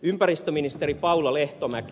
ympäristöministeri paula lehtomäki